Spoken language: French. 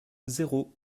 zéro